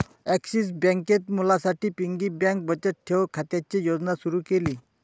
axis बँकेत मुलांसाठी piggy bank बचत ठेव खात्याची योजना सुरू केली